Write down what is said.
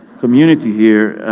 community here,